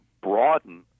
broaden